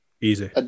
Easy